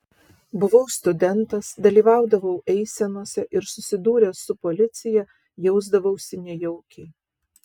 buvau studentas dalyvaudavau eisenose ir susidūręs su policija jausdavausi nejaukiai